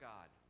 God